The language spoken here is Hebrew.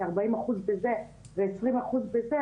כי ארבעים אחוז בזה ועשרים אחוז בזה,